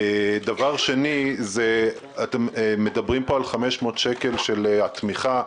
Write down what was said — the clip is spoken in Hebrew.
דבר שני, אתם מדברים פה על 500 שקל של תמיכה.